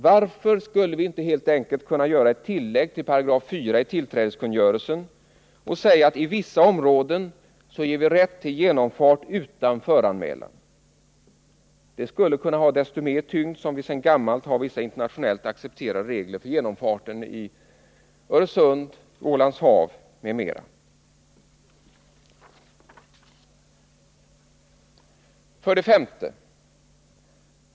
Varför skulle vi inte helt enkelt kunna göra ett tillägg till 4 § i tillträdeskungörelsen och säga att i vissa områden ger vi rätt till genomfart utan föranmälan? Det skulle kunna ha desto mer tyngd, eftersom vi sedan gammalt har vissa internationellt accepterade regler för genomfarten i Öresund, Ålandshav m.m. 5.